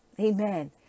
Amen